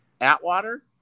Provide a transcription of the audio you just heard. Atwater